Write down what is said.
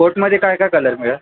कोटमध्ये काय काय कलर मिळेल